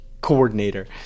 coordinator